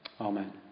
Amen